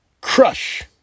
crush